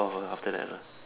off ah after that lah